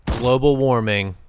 global warming.